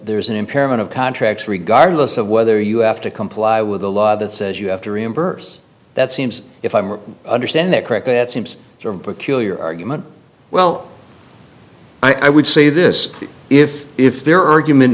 there's an impairment of contracts regardless of whether you have to comply with a law that says you have to reimburse that seems if i'm wrong understand that crack that seems sort of peculiar argument well i would say this if if there ar